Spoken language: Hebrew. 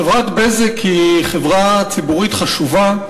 חברת "בזק" היא חברה ציבורית חשובה,